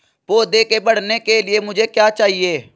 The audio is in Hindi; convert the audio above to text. पौधे के बढ़ने के लिए मुझे क्या चाहिए?